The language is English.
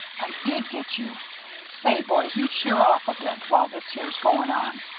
i did get you say, boys, you sheer off a bit while this here's goin' on.